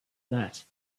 that